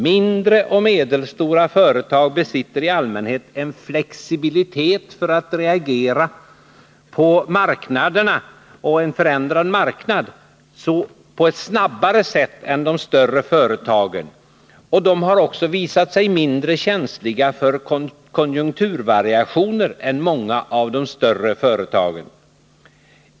Mindre och medelstora företag besitter i allmänhet en flexibilitet för att reagera på en förändrad marknad snabbare än de större företagen och de har också visat sig mindre känsliga för konjunkturvariationer än många av de större företagen.